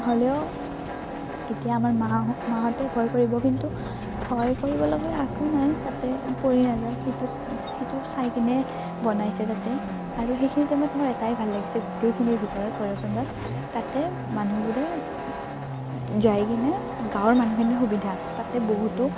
হ'লেও এতিয়া আমাৰ মা মাহঁতে ভয় কৰিব কিন্তু ভয় কৰিব লগা একো নাই তাতে পৰি নাযায় সেইটো সেইটো চাই কিনে বনাইছে তাতে আৰু সেইখিনি টাইমত মোৰ এটাই ভাল লাগিছে গোটেইখিনিৰ ভিতৰত ভৈৰৱকুণ্ডত তাতে মানুহবোৰে যাই কিনে গাঁৱৰ মানুহখিনিৰ সুবিধা তাতে বহুতো